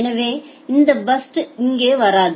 எனவே இந்த பர்ஸ்ட் இங்கே வராது